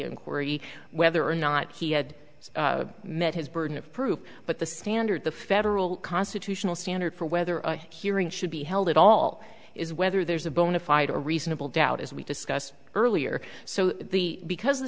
inquiry whether or not he had met his burden of proof but the standard the federal constitutional standard for whether a hearing should be held at all is whether there's a bona fide a reasonable doubt as we discussed earlier so the because